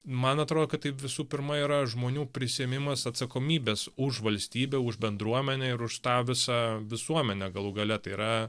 man atrodo kad tai visų pirma yra žmonių prisiėmimas atsakomybės už valstybę už bendruomenę ir už tą visą visuomenę galų gale tai yra